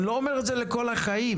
אני לא אומר שזה לכל החיים.